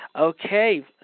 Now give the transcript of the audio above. Okay